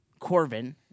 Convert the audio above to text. Corvin